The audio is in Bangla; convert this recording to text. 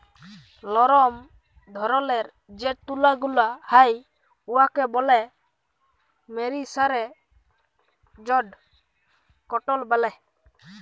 লরম ধরলের যে তুলা গুলা হ্যয় উয়াকে ব্যলে মেরিসারেস্জড কটল ব্যলে